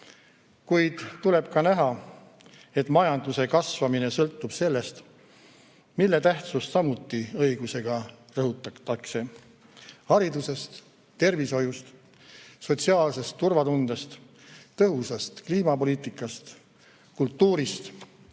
Kuid tuleb ka näha, et majanduse kasvamine sõltub sellest, mille tähtsust samuti õigusega rõhutatakse: haridusest, tervishoiust, sotsiaalsest turvatundest, tõhusast kliimapoliitikast, kultuurist